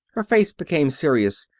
her face became serious.